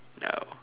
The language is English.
oh